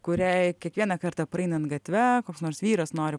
kuriai kiekvieną kartą praeinant gatve koks nors vyras nori